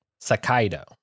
Sakaido